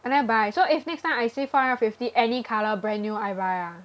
I never buy so if next time I see four hundred fifty any color brand new I buy ah